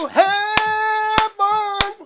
heaven